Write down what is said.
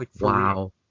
wow